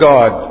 God